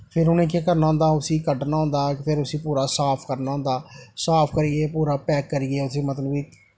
फिर उ'नें केह् करना होंदा उसी कड्ढना होंदा फिर उसी पूरा साफ करना होंदा साफ करियै पूरा पैक करियै उसी मतलब कि